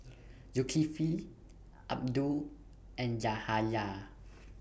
Zulkifli Abdul and Yahaya